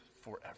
forever